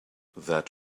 that